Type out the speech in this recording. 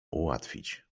ułatwić